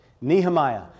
Nehemiah